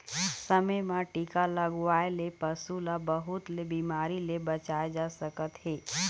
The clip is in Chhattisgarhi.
समे म टीका लगवाए ले पशु ल बहुत ले बिमारी ले बचाए जा सकत हे